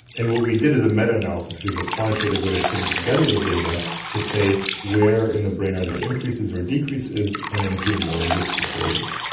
and what we did is a meta-analysis, which is a quantitative way of putting together the data to say where in the brain are there increases or decreases and in whom or in which disorders.